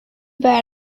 bad